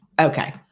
Okay